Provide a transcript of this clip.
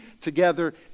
together